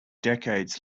decades